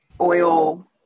oil